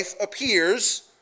appears